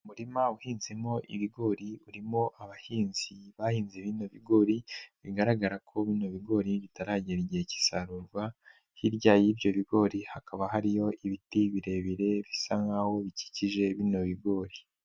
Umurima uhinzemo ibigori urimo abahinzi bahinze bino bigori, bigaragara ko bino bigori bitaragera igihe cy'isarurwa, hirya y'ibyo bigori hakaba hariyo ibiti birebire bisa nkaho bikikije bino bigori.